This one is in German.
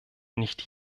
nicht